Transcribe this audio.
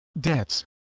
debts